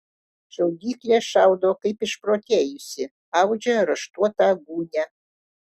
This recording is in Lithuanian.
šaudyklė šaudo kaip išprotėjusi audžia raštuotą gūnią